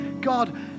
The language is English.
God